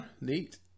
neat